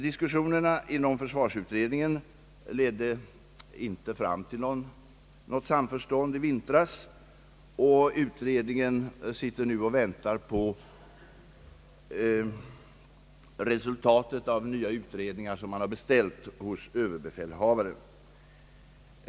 Diskussionerna inom försvarsutredningen ledde inte fram till något samförstånd i vintras, och utredningen sitter nu och väntar på resultaten av nya utredningar som man beställt hos överbefälhavaren.